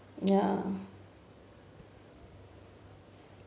ya